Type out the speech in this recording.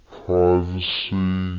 privacy